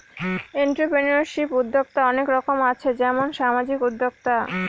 entrepreneurship উদ্যক্তা অনেক রকম আছে যেমন সামাজিক উদ্যোক্তা